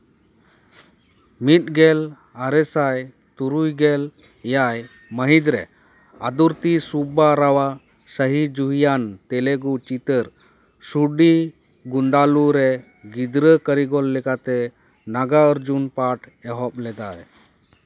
ᱢᱤᱫᱜᱮᱞ ᱟᱨᱮᱥᱟᱭ ᱛᱩᱨᱩᱭᱜᱮᱞ ᱮᱭᱟᱭ ᱢᱟᱹᱦᱤᱛ ᱨᱮ ᱟᱫᱩᱨᱛᱤ ᱥᱩᱵᱽᱵᱟ ᱨᱟᱣᱟᱜ ᱥᱟᱹᱦᱤᱡᱩᱦᱤᱭᱟᱱ ᱛᱮᱞᱮᱜᱩ ᱪᱤᱛᱟᱹᱨ ᱥᱩᱰᱤ ᱜᱩᱱᱫᱟᱞᱩ ᱨᱮ ᱜᱤᱫᱽᱨᱟᱹ ᱠᱟᱹᱨᱤᱜᱚᱞ ᱞᱮᱠᱟᱛᱮ ᱱᱟᱜᱟᱨᱡᱩᱱ ᱯᱟᱴᱷ ᱮᱦᱚᱵ ᱞᱮᱫᱟᱭ